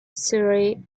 surrey